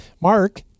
Mark